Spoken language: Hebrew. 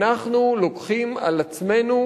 אנחנו לוקחים על עצמנו